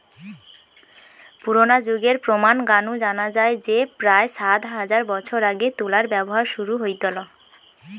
পুরনা যুগের প্রমান গা নু জানা যায় যে প্রায় সাত হাজার বছর আগে তুলার ব্যবহার শুরু হইথল